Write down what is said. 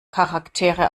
charaktere